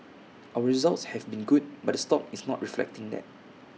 our results have been good but the stock is not reflecting that